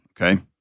okay